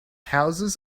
houses